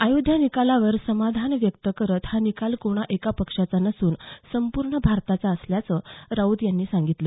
अयोध्या निकालावर समाधान व्यक्त करत हा निकाल कोणा एका पक्षाचा नसून संपूर्ण भारताचा असल्याचं राऊत यांनी सांगितलं